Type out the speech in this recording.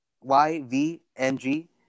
Y-V-N-G